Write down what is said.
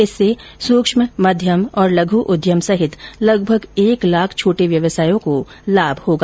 इससे सूक्ष्म मध्यम और लघु उद्यम सहित लगभग एक लाख छोटे व्यवसायों को लाभ होगा